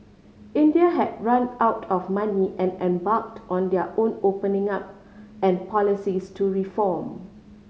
India had run out of money and embarked on their own opening up and policies to reform